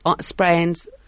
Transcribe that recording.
sprains